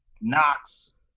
Knox